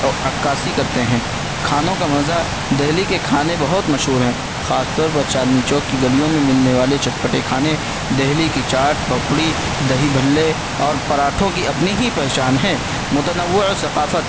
عکاسی کرتے ہیں کھانوں کا مزہ دہلی کے کھانے بہت مشہور ہیں خاص طور پر چاندنی چوک کی گلیوں میں ملنے والے چٹپٹے کھانے دہلی کی چاٹ پپڑی دہی بھلے اور پراٹھوں کی اپنی ہی پہچان ہے متنوع ثقافت